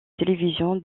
télévision